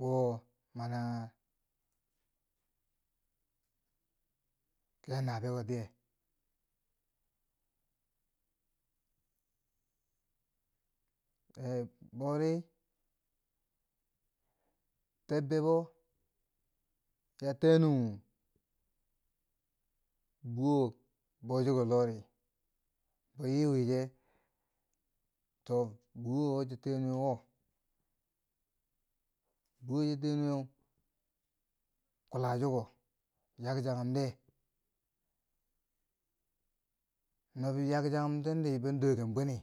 Wo. mana ke natubo tyeu. Eh boori, tebbebo ya tyenuu bhwo, boo chiko loh ri, ya yii wiiche, to buhuwo wo cho tiyenuu wo, buhuwo cho tiyenuu we kula chiko, yakchanghum de, no bohyakchanghum ten di ban dooken buni